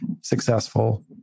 successful